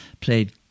played